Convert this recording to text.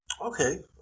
Okay